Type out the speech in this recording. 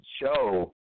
show